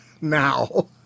now